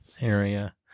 area